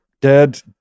dead